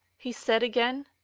he said again.